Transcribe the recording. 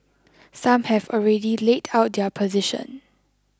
some have already laid out their position